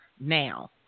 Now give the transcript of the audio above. now